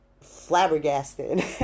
flabbergasted